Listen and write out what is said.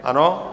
Ano?